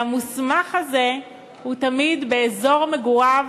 וה"מוסמך" הזה הוא תמיד באזור מגוריו